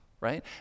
right